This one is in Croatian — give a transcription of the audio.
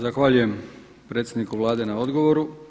Zahvaljujem predsjedniku Vlade na odgovoru.